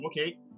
Okay